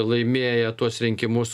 laimėję tuos rinkimus